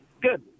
Good